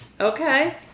Okay